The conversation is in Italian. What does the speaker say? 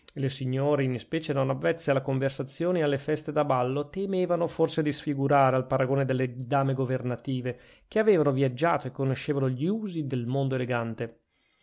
le signore in ispecie non avvezze alle conversazioni e alle feste da ballo temevano forse di sfigurare al paragone delle dame governative che avevano viaggiato e conoscevano gli usi del mondo elegante